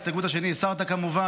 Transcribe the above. את ההסתייגות השנייה הסרת כמובן.